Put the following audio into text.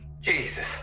Jesus